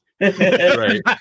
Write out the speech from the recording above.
right